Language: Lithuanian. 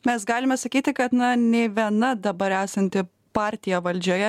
mes galime sakyti kad na nei viena dabar esanti partija valdžioje